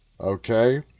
Okay